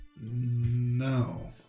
No